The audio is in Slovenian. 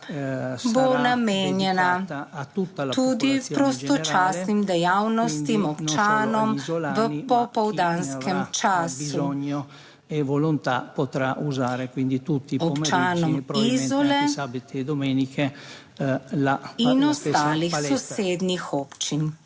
bo namenjena tudi prostočasnim dejavnostim občanom v popoldanskem času, občanom Izole in ostalih sosednjih občin.